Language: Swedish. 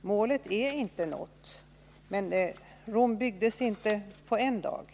Målet är inte nått, men Rom byggdes inte på en dag.